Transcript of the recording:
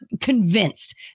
convinced